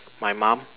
my mom